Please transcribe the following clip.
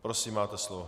Prosím, máte slovo.